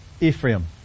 Ephraim